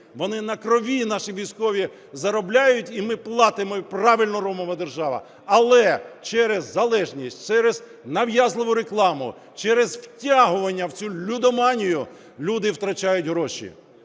вони на крові наші військові заробляють, і ми платимо, і правильно робимо, держава. Але через залежність, через нав'язливу рекламу, через втягування в цю лудоманію люди втрачають гроші.